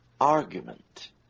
argument